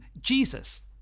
Jesus